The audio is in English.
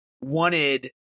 wanted